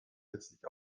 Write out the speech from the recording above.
letztlich